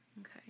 Okay